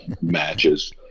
matches